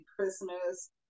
Christmas